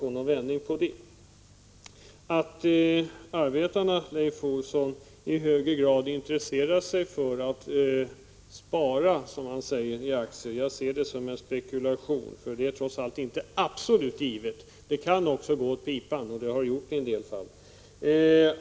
Leif Olsson sade att arbetarna i högre grad intresserar sig för att, som han uttryckte det, spara i aktier. Jag ser det som en spekulation. Det är trots allt inte en helt säker verksamhet — det kan gå åt pipan, och har också gjort det i en del fall.